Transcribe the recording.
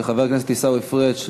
של חבר הכנסת עיסאווי פריג',